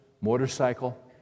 motorcycle